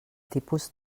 tipus